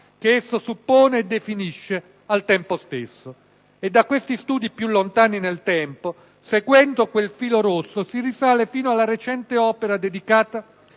che esso suppone e definisce al tempo stesso. Da questi studi più lontani nel tempo, seguendo quel filo rosso, si risale fino alla recente opera dedicata